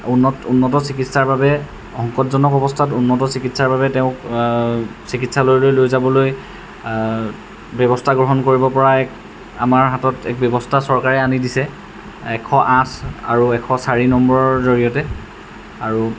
উন্নত উন্নত চিকিৎসাৰ বাবে সংকটজনক অৱস্থাত উন্নত চিকিৎসাৰ বাবে তেওঁক চিকিৎসালয়লৈ লৈ যাবলৈ ব্যৱস্থা গ্ৰহণ কৰিব পৰা এক আমাৰ হাতত এক ব্যৱস্থা চৰকাৰে আনি দিছে এশ আঠ আৰু এশ চাৰি নম্বৰৰ জৰিয়তে আৰু